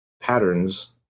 patterns